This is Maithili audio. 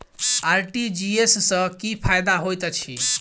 आर.टी.जी.एस सँ की फायदा होइत अछि?